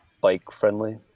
bike-friendly